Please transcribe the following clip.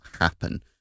happen